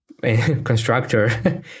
Constructor